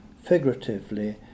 figuratively